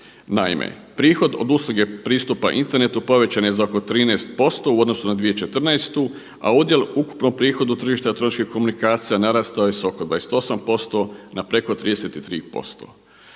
Naime, prihod od usluge pristupa internetu povećan je za oko 13% u odnosu na 2014. a udjel u ukupnom prihodu tržišta elektroničkih komunikacija narastao je s oko 28% na preko 33%.